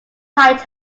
sight